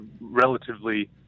relatively